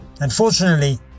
Unfortunately